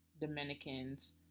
Dominicans